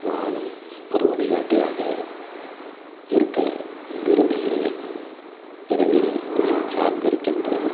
நானும் ஒரு வழிகாட்டியாக இருக்க விரும்புகிறேன் எனவே நான் சார்ந்திருக்கின்ற